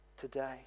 today